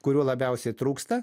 kurių labiausiai trūksta